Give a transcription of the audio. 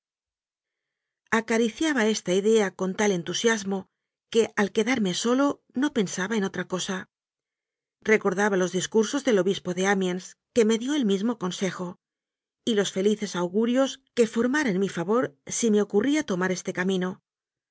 acariciaba esta idea con tal entusiasmo que al quedarme solo no pensaba en otra cosa recorda ba los discursos del obispo de amiens que me dió el mismo consejo y los felices augurios que for mara en mi favor si me ocurría tomar este cami